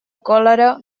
còlera